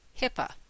HIPAA